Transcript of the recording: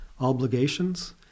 obligations